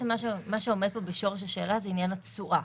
מה שעומד כאן בשורש השאלה זה עניין התשואה.